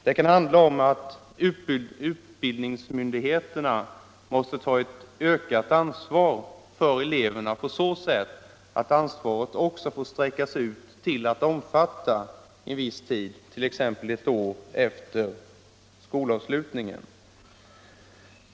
Det kan handla om att utbildningsmyndigheterna måste ta ett ökat ansvar för eleverna på så sätt att ansvaret får utsträckas till att omfatta en viss tid, t.ex. ett år, efter skolavslutningen.